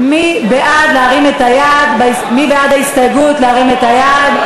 מי בעד ההסתייגות, להרים את היד.